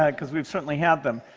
yeah because we've certainly had them.